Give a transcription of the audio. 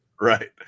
right